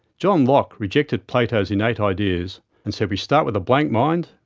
john locke rejected plato's innate ideas and said we start with a blank mind,